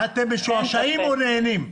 אתם משועשעים או נהנים?